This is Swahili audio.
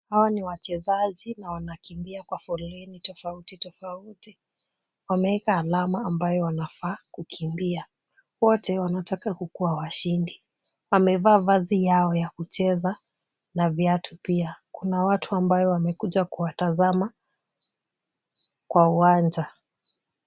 Hawa ni wachezaji na wanakimbia kwa foleni tofauti tofauti. Wameeka alama ambayo wanafaa kukimbia. Wote wanataka kukuwa washindi, wamevaa vazi yao ya kucheza na viatu pia. Kuna watu ambao wamekuja kuwatazama kwa uwanja.